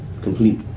complete